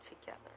together